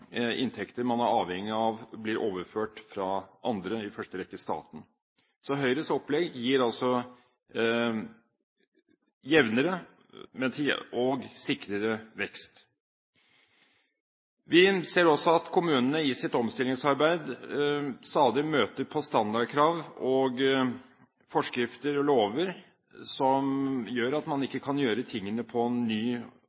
inntekter man er avhengig av blir overført fra andre, i første rekke fra staten. Så Høyres opplegg gir altså jevnere og sikrere vekst. Vi ser også at kommunene i sitt omstillingsarbeid stadig møter på standardkrav og forskrifter og lover som gjør at man